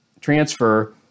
transfer